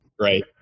Right